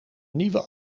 nieuwe